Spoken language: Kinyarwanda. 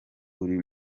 uri